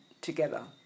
together